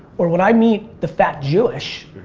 or when i meet the fat jewish,